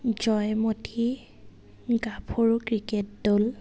জয়মতী গাভৰু ক্ৰিকেট দল